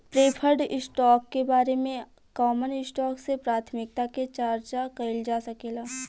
preferred stock के बारे में कॉमन स्टॉक से प्राथमिकता के चार्चा कईल जा सकेला